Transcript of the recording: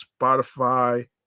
spotify